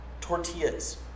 tortillas